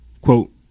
quote